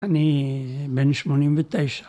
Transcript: ‫אני בן 89.